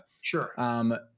Sure